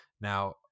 Now